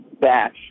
batch